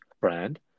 brand